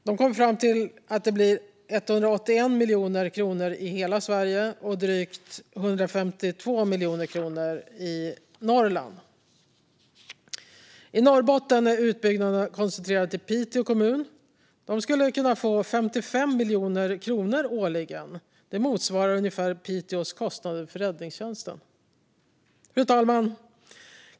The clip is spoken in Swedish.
De kom fram till att det skulle kunna bli 181 miljoner kronor i hela Sverige och drygt 152 miljoner kronor i Norrland. I Norrbotten är utbyggnaden koncentrerad till Piteå kommun. De skulle kunna få 55 miljoner kronor årligen. Det motsvarar ungefär Piteås kostnader för räddningstjänsten. Fru talman!